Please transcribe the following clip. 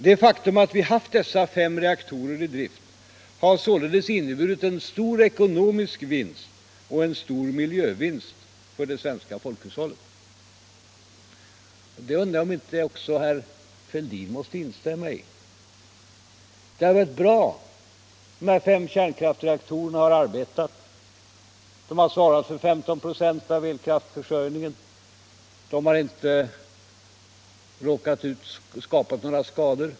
Det faktum att vi har haft dessa fem reaktorer i drift har således inneburit en stor ekonomisk vinst och en stor miljövinst för det svenska folkhushållet. Jag undrar om inte också herr Fälldin måste instämma i detta. Dessa fem kärnkraftsreaktorer har arbetat bra. De har svarat för 15 96 av elkraftsförsörjningen. De har inte orsakat några skador.